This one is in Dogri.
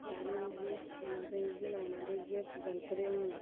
लाने गै इ'यै मसां इयै लाने ते इयै बनकदे हून